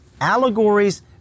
allegories